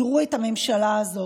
יראו את הממשלה הזאת.